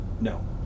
No